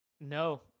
No